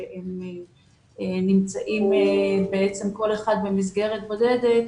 שכל אחד נמצא במסגרת בודדת,